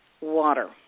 water